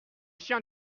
chiens